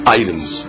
items